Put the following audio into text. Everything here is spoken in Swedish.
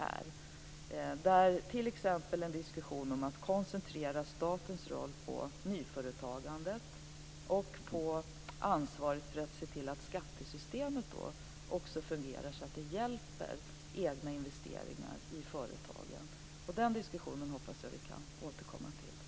Vi kunde t.ex. ha en diskussion om att koncentrera statens roll på nyföretagandet och på ansvaret för att se till att skattesystemet fungerar så att det hjälper egna investeringar i företagen. Den diskussionen hoppas jag att vi kan återkomma till.